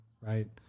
right